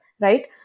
right